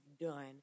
done